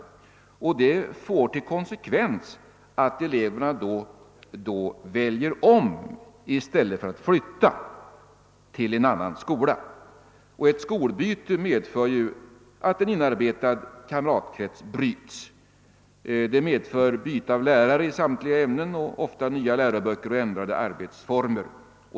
En sådan änd ring får till konsekvens att eleverna väljer om i stället för att flytta till en annan skola. Ett skolbyte medför att en inarbetad kamratkrets brytes. Det medför också byte av lärare i samtliga ämnen och ofta nya läroböcker och ändrade arbetsformer.